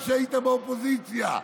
כשהיית באופוזיציה,